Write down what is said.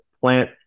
plant